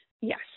Yes